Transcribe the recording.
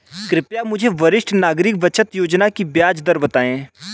कृपया मुझे वरिष्ठ नागरिक बचत योजना की ब्याज दर बताएं